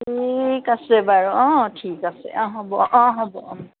ঠিক আছে বাৰু অঁ ঠিক আছে অঁ হ'ব অঁ হ'ব